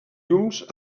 llums